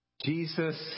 Jesus